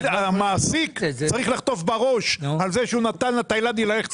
והמעסיק צריך לחטוף בראש על זה שהוא נתן לתאילנדי ללכת לעבוד.